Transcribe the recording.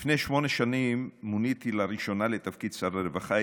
לפני שמונה שנים מוניתי לראשונה לתפקיד שר הרווחה.